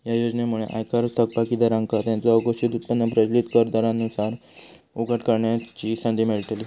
या योजनेमुळे आयकर थकबाकीदारांका त्यांचो अघोषित उत्पन्न प्रचलित कर दरांनुसार उघड करण्याची संधी मिळतली